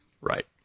Right